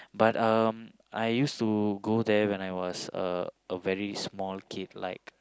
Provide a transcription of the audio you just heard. but um I used to go there when I was a a very small kid like